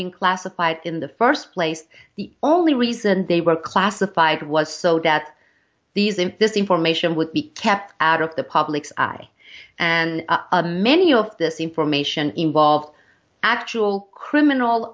been classified in the first place the only reason they were classified was so that these in this information would be kept out of the public's eye and many of this information involve actual criminal